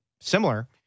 similar